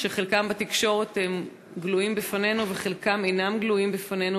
שחלקם גלויים בפנינו בתקשורת וחלקם אינם גלויים בפנינו,